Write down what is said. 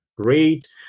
great